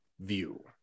view